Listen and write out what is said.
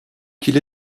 qu’il